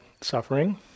suffering